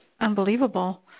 unbelievable